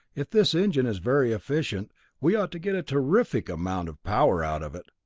if this engine is very efficient we ought to get a terrific amount of power out of it.